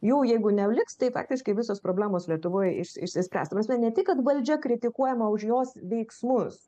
jau jeigu neliks tai faktiškai visos problemos lietuvoj iš išsispręs ta prasme ne ti kad valdžia kritikuojama už jos veiksmus